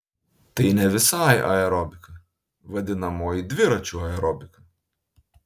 tai ne visai aerobika vadinamoji dviračių aerobika